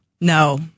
No